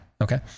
Okay